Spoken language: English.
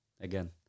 again